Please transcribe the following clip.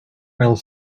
aisle